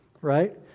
Right